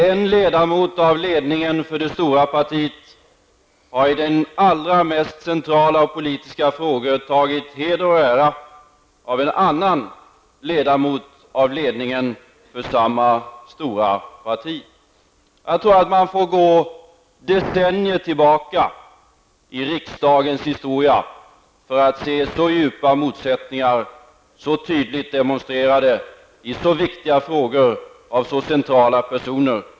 En ledamot av ledningen för det stora partiet har i allra mest centrala politiska frågor tagit heder och ära av en annan ledamot av ledningen för samma stora parti. Jag tror att man får gå decennier tillbaka i riksdagens historia för att se så djupa motsättningar så tydligt demonstrerade i så viktiga frågor av så centrala personer.